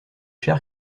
cher